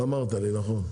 אמרת לי נכון.